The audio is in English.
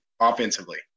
offensively